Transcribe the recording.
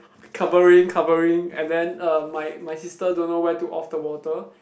covering covering and then uh my my sister don't know where to off the water